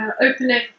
opening